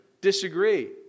disagree